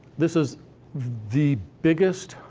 this is the biggest,